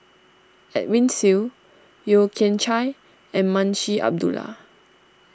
Edwin Siew Yeo Kian Chai and Munshi Abdullah